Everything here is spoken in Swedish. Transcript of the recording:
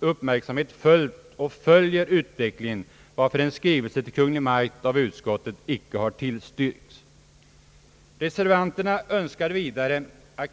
uppmärksamhet följt och följer utvecklingen varför en skrivelse till Kungl. Maj:t icke tillstyrkes av utskottet. Reservanterna önskar vidare att »Kungl.